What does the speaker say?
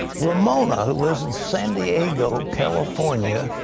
ramona, who lives ined san diego, california,